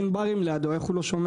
אין לידו ברים, איך הוא לא שומע?